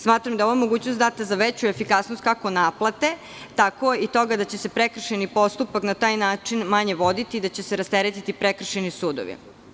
Smatram da je ova mogućnost data za veću efikasnost, kako naplate, tako i toga da će prekršajni postupak na taj način manje voditi i da će se rasteretiti prekršajni sudovi.